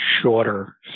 shorter